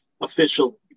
official